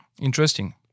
interesting